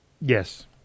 Yes